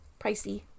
Pricey